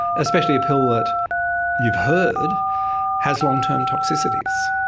especially a pill that you've heard has long-term toxicities,